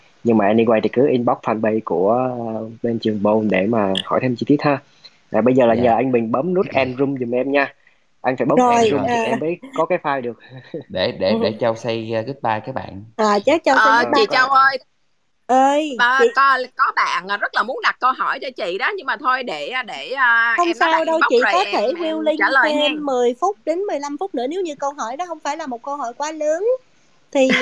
Nhưng mà anyway thì cứ inbox fanpage của, uh, bên trường Bone để mà hỏi thêm chi tiết ha. Rồi bây giờ là Dạ. nhờ anh Bình bấm nút end room giùm em nha. Anh phải bấm end Rồi, room thì à. em mới có cái file được. Để- để- để Ừ. Châu say, uh, goodbye các bạn. À, chắc Châu say Ờ, goodbye. chị Châu ơi. Ê, Ba- chị- có- có bạn, à, rất là muốn đặt câu hỏi cho chị đó. Nhưng mà thôi để, à, để, à, Không em nói sao bạn đâu, inbox chị rồi có em- thể em will link trả lời thêm nha. 10 phút đến 15 phút nữa. Nếu như câu hỏi đó không phải là một câu hỏi quá lớn, thì,